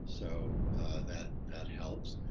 so that that helps.